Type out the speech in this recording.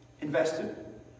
invested